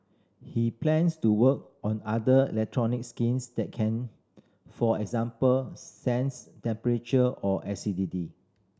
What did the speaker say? he plans to work on other electronic skins that can for example sense temperature or acidity